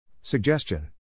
Suggestion